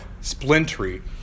splintery